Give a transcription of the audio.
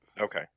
Okay